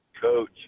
Coach